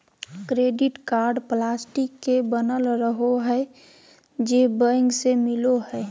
credit card plastic के बनल रहो हइ जे बैंक से मिलो हइ